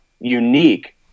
unique